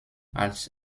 als